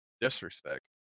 Disrespect